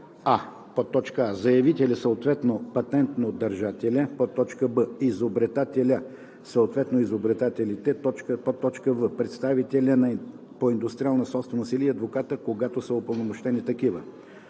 а) заявителя, съответно патентопритежателя; б) изобретателя, съответно изобретателите; в) представителя по индустриална собственост или адвоката, когато са упълномощени такива;